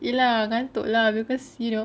ya lah ngantuk lah cause sometimes you know